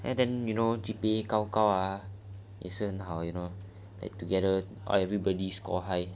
and then you know G_P_A 高高 ah 也是很好的 ah then you know like together orh everybody score high